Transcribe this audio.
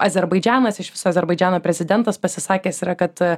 azerbaidžanas iš viso azerbaidžano prezidentas pasisakęs yra kad